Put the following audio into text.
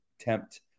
attempt